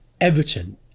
Everton